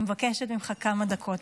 אני מבקשת ממך כמה דקות,